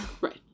Right